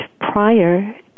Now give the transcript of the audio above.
prior